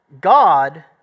God